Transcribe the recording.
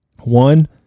One